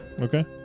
okay